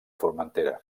formentera